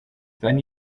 sein